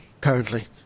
currently